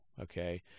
Okay